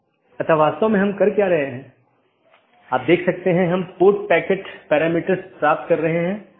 इसलिए मैं एकल प्रविष्टि में आकस्मिक रूटिंग विज्ञापन कर सकता हूं और ऐसा करने में यह मूल रूप से स्केल करने में मदद करता है